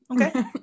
Okay